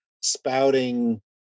spouting